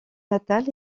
natale